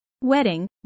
Wedding